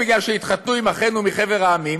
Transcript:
בגלל שהתחתנו עם אחינו מחבר המדינות,